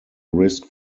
risk